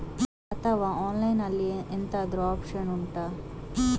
ಅಥವಾ ಆನ್ಲೈನ್ ಅಲ್ಲಿ ಎಂತಾದ್ರೂ ಒಪ್ಶನ್ ಉಂಟಾ